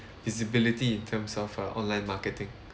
visibility in terms of uh online marketing